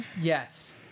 Yes